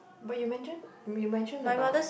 but you mention you mention about